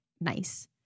nice